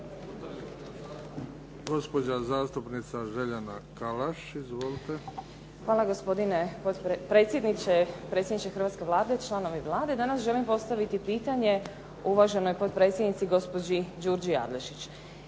predsjedniče, predsjedniče hrvatske Vlade, članovi Vlade. Danas želim postaviti pitanje uvaženoj potpredsjednici gospođi Đurđi Adlešić.